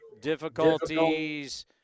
difficulties